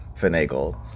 finagle